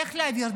איך להעביר,